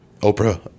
Oprah